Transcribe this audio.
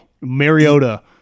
Mariota